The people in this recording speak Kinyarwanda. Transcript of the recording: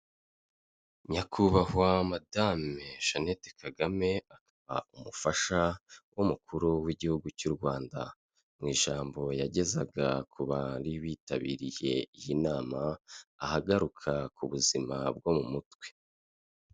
Nyakubahwa madame Jeannette Kagame akaba umufasha w'umukuru w'igihugu cy'u Rwanda mw’ijambo yagezaga ku bari bitabiriye iyi nama ahagaruka ku buzima bwo mu mutwe.